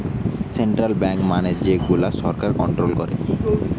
central bank মানে যে গুলা সরকার কন্ট্রোল করে